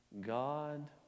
God